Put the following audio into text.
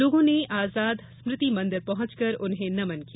लोगों ने आजाद स्मृति मंदिर पहुंचकर उन्हें नमन किया